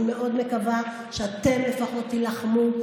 אני מאוד מקווה שאתם לפחות תילחמו.